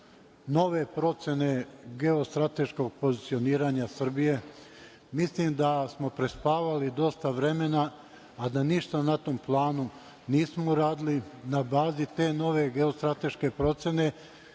nove procene geostrateškog pozicioniranja Srbije. Mislim da smo prespavali dosta vremena a da ništa na tom planu nismo uradili na bazi te nove geostrateške procene